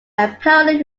apparently